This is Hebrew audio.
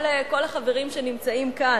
כל החברים שנמצאים כאן,